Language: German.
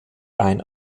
ein